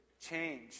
change